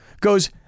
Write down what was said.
goes